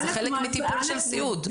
זה חלק מטיפול של סיעוד.